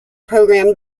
programmed